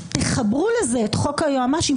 יחברו לזה את חוק היועמ"שים,